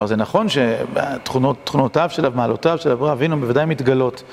אבל זה נכון שתכונותיו של, מעלותיו של אברהם אבינו, בוודאי מתגלות.